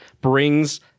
brings